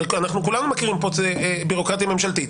הרי כולנו מכירים פה בירוקרטיה ממשלתית.